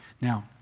Now